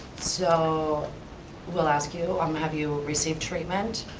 so we'll ask you, um have you received treatment?